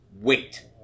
Wait